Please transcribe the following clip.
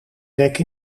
rek